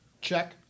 Check